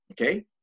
Okay